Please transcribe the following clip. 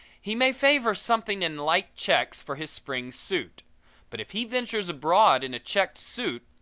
he may favor something in light checks for his spring suit but if he ventures abroad in a checked suit,